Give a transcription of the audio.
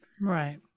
right